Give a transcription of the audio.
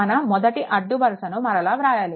మన మొదటి అడ్డు వరుసని మరలా వ్రాయాలి